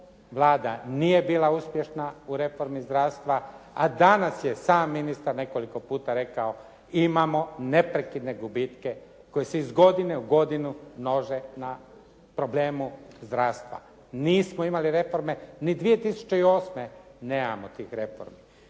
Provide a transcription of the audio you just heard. Vlada nije bila uspješna u reformi zdravstva, a danas je sam ministar nekoliko puta rekao imamo neprekidne gubitke koji se iz godine u godinu množe na problemu zdravstva. Nismo imali reforme, ni 2008. nemamo tih reformi.